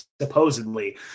supposedly